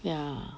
ya